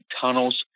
tunnels